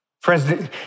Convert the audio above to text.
Friends